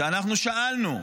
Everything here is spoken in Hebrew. שאנחנו שאלנו,